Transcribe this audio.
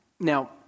Now